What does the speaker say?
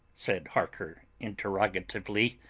said harker interrogatively,